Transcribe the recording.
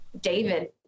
David